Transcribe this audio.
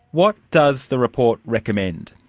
what does the report recommend?